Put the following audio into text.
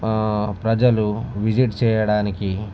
ప్రజలు విజిట్ చేయడానికి